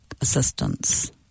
assistance